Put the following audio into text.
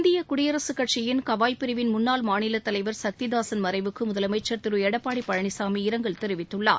இந்திய குடியரசுக்கட்சியின் கவாய் பிரிவின் முன்னாள் மாநிலத்தலைவர் சக்திதாசன் மறைவுக்கு முதலமைச்சர் திரு எடப்பாடி பழனிசாமி இரங்கல் தெரிவித்துள்ளார்